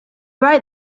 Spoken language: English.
right